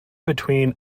between